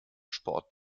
sport